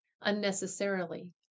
unnecessarily